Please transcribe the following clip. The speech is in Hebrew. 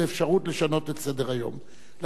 לכן רק אם היועץ המשפטי יחליט